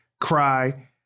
cry